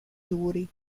duri